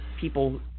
people